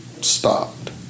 stopped